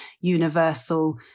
universal